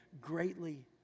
greatly